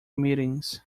meetings